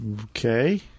Okay